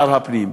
שר הפנים.